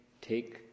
take